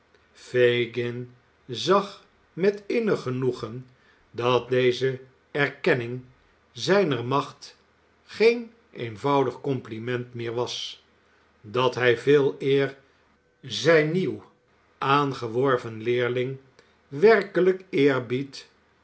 fagin zag met innig genoegen dat deze erkenning zijner macht geen eenvoudig compliment meer was dat hij veeleer zijn nieuw aangeworven leerling werkelijk eerbied